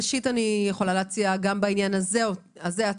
אני יכולה להציע גם בעניין הזה הצעה.